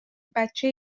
بچه